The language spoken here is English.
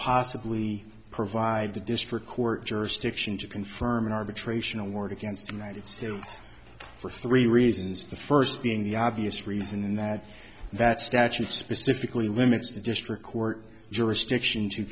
possibly provide the district court jurisdiction to confirm an arbitration award against the united states for three reasons the first being the obvious reason that that statute specifically limits the district court jurisdiction to